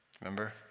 Remember